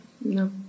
No